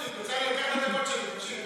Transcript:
אף אחד לא, בושה וחרפה.